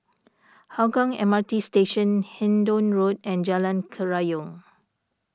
Hougang M R T Station Hendon Road and Jalan Kerayong